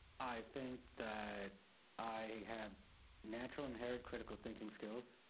i think that i have natural inherent critical thinking skills.